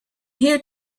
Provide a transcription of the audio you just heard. here